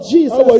Jesus